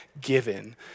given